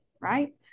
right